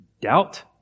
doubt